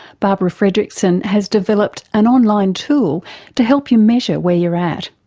barbara fredrickson has developed an online tool to help you measure where you are at.